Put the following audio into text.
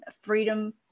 Freedom